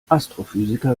astrophysiker